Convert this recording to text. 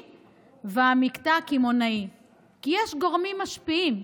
והמקטע הקמעונאי כי יש גורמים משפיעים.